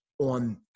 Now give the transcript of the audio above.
on